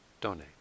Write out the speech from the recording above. donate